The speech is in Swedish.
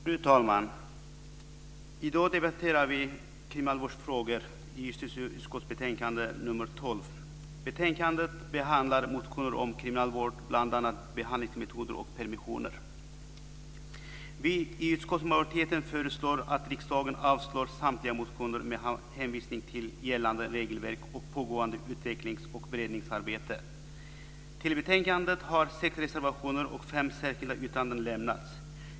Fru talman! I dag debatterar vi justitieutskottets betänkande nr 12 om kriminalvårdsfrågor. Betänkandet behandlar motioner om kriminalvård och bl.a. Vi i utskottsmajoriteten föreslår att riksdagen avslår samtliga motioner med hänvisning till gällande regelverk och pågående utvecklings och beredningsarbete. Till betänkandet har sex reservationer och fem särskilda yttranden lämnats.